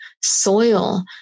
soil